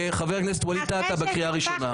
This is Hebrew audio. חבר הכנסת ווליד טאהא, אתה בקריאה ראשונה.